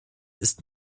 ist